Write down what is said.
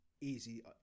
easy